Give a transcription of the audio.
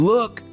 Look